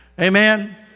Amen